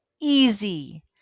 easy